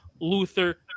Luther